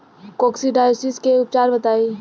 Coccidiosis के उपचार बताई?